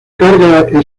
carga